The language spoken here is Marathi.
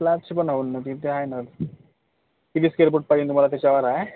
फ्लॅटची बनावतीन ते आहे न किती स्केअर फूट पाहिजेन तुम्हाला त्याच्यावर आहे